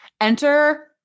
Enter